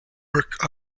work